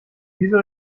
wieso